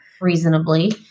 reasonably